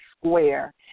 Square